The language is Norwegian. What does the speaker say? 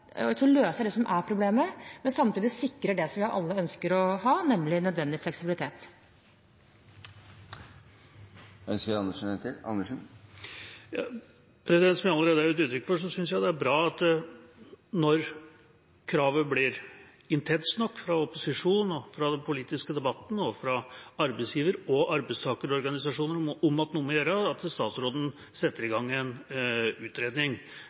det som er problemet, men samtidig sikrer det som vi alle ønsker å ha, nemlig nødvendig fleksibilitet. Som jeg allerede har gitt uttrykk for, synes jeg det er bra at når kravet blir intenst nok fra opposisjonen og fra den politiske debatten og fra arbeidsgiver- og arbeidstakerorganisasjonene om at noe må gjøres, setter statsråden i gang en utredning.